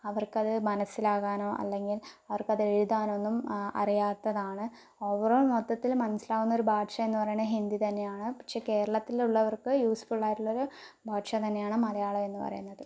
അവർക്കത് മനസ്സിലാകാനോ അല്ലെങ്കിൽ അവർക്കത് എഴുതാനൊന്നും അറിയാത്തതാണ് ഓവറോൾ മൊത്തത്തിൽ മനസ്സിലാവുന്ന ഒരു ഭാഷ എന്ന് പറയണത് ഹിന്ദി തന്നെയാണ് പക്ഷേ കേരളത്തിലുള്ളവർക്ക് യൂസ്ഫുൾ ആയിട്ടുള്ള ഒരു ഭാഷ തന്നെയാണ് മലയാളം എന്ന് പറയുന്നത്